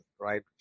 right